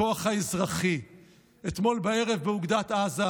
ה' אלהיכם ההֹלך עמכם להילחם לכם עם אֹיביכם להושיע אתכם',